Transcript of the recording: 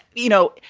you know,